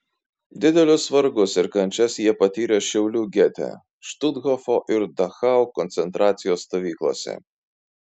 didelius vargus ir kančias jie patyrė šiaulių gete štuthofo ir dachau koncentracijos stovyklose